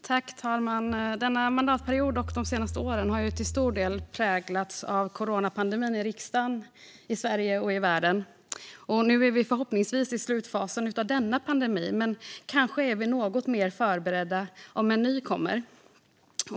Fru talman! Denna mandatperiod och de senaste åren har till stor del präglats av coronapandemin i riksdagen, i Sverige och i världen. Nu är vi förhoppningsvis i slutfasen av denna pandemi, och kanske är vi något mer förberedda om en ny kommer.